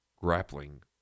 grappling